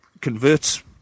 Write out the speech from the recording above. Converts